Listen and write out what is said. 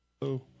Hello